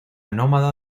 nómada